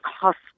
cost